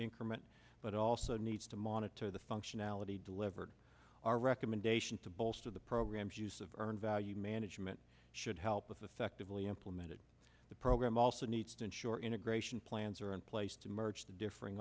increment but also needs to monitor the functionality delivered our recommendation to bolster the program's use of earned value management should help us affectively implemented the program also needs to ensure integration plans are in place to merge the differing